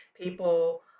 people